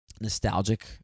nostalgic